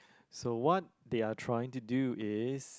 so what they are trying to do is